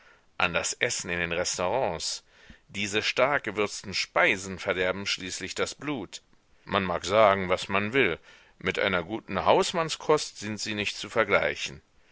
das essen in den restaurants diese starkgewürzten speisen verderben schließlich das blut man mag sagen was man will mit einer guten hausmannskost sind sie nicht zu vergleichen